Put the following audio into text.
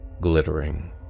glittering